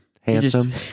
Handsome